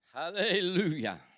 Hallelujah